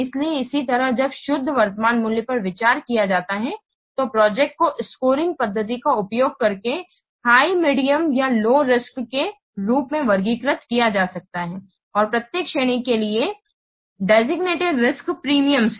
इसलिए इसी तरह जब शुद्ध वर्तमान मूल्य पर विचार किया जाता है तो प्रोजेक्ट को स्कोरिंग पद्धति का उपयोग करके हाई मीडियम या लो रिस्क के रूप में वर्गीकृत किया जा सकता है और प्रत्येक श्रेणी के लिए डेजिग्नेटिड रिस्क प्रीमियम है